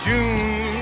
June